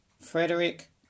Frederick